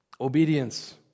obedience